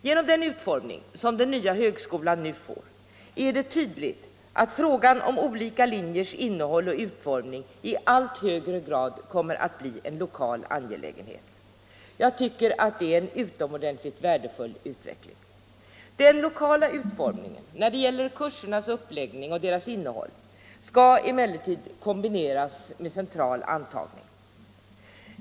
Genom den konstruktion som den nya högskolan nu får är det tydligt att frågan om olika linjers innehåll och utformning i allt högre grad kommer att bli en lokal angelägenhet. Jag tycker att det är en utomordentligt värdefull utveckling. Den lokala utformningen när det gäller kursernas uppläggning och deras innehåll skall emellertid kombineras med central antagning.